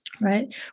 right